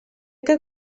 que